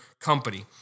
company